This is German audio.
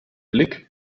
blick